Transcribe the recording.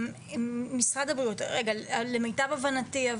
משרד הבריאות, למיטב הבנתי,